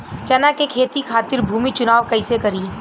चना के खेती खातिर भूमी चुनाव कईसे करी?